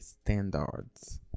standards